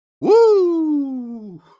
Woo